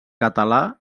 català